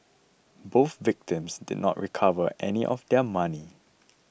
both victims did not recover any of their money